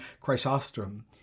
Chrysostom